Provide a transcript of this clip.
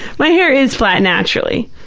my hair is flat naturally,